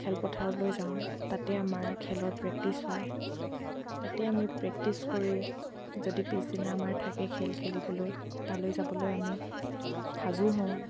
খেলপথাৰলৈ যাওঁ তাতে আমাৰ খেলৰ প্ৰেক্টিছ হয় তাতে আমি প্ৰেক্টিছ কৰি যদি পিছদিনা আমাৰ থাকে খেল খেলিবলৈ তালৈ যাবলৈ আমি সাজু হওঁ